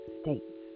states